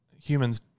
humans